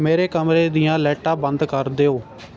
ਮੇਰੇ ਕਮਰੇ ਦੀਆਂ ਲਾਈਟਾਂ ਬੰਦ ਕਰ ਦਿਓ